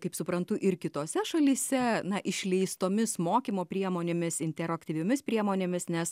kaip suprantu ir kitose šalyse na išleistomis mokymo priemonėmis interaktyviomis priemonėmis nes